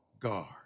guard